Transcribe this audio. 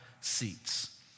seats